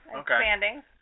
expanding